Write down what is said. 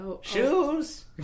Shoes